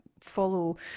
follow